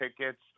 tickets